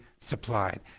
supplied